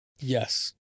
Yes